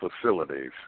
facilities